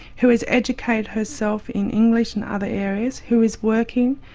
who has educated herself in english and other areas, who is working,